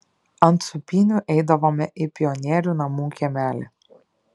ant sūpynių eidavome į pionierių namų kiemelį